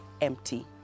empty